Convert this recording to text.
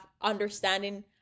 understanding